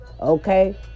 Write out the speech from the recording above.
okay